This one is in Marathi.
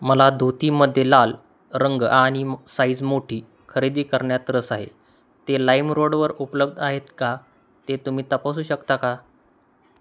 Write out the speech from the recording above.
मला धोतीमध्ये लाल रंग आणि साइझ मोठी खरेदी करण्यात रस आहे ते लाईम रोडवर उपलब्ध आहेत का ते तुम्ही तपासू शकता का